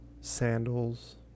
sandals